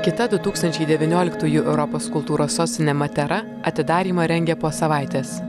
kita du tūkstančiai devynioliktųjų europos kultūros sostinė matera atidarymą rengia po savaitės